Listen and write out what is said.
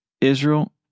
Israel